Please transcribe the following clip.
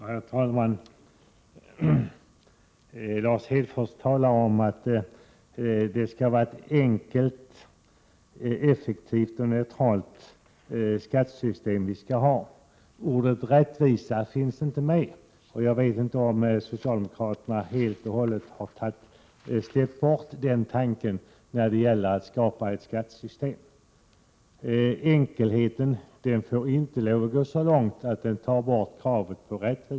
Herr talman! Lars Hedfors talar om att vi skall ha ett enkelt, effektivt och neutralt skattesystem. Ordet rättvisa finns inte med. Jag vet inte om socialdemokraterna helt och hållet har släppt den tanken när det gäller att skapa ett skattesystem. Enkelheten får inte gå så långt att den tar bort kravet på rättvisa.